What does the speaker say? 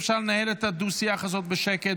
אפשר לנהל את הדו-שיח הזה בשקט,